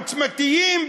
עוצמתיים,